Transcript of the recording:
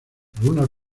algunas